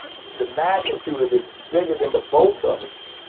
the magnitude of this is bigger than the both of us.